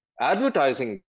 Advertising